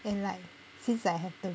and like since I have to